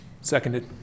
seconded